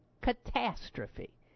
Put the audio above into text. catastrophe